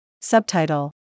Subtitle